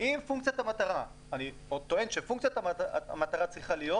אני טוען שפונקציית המטרה צריכה להיות